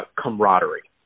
camaraderie